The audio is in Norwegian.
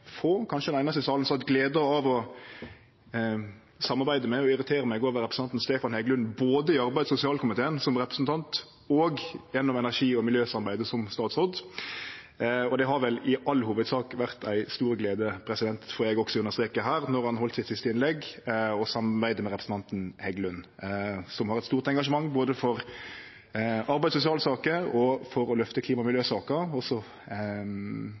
få, kanskje den einaste i salen, som har hatt gleda av å samarbeide med – og irritere meg over – representanten Stefan Heggelund både i arbeids- og sosialkomiteen, som representant, og gjennom energi- og miljøsamarbeidet, som statsråd. Det har i all hovudsak vore ei stor glede, vil også eg understreke, når han no heldt sitt siste innlegg, å samarbeide med representanten Heggelund, som har eit stort engasjement både for arbeids- og sosialsaker og for å løfte klima- og miljøsaka. Så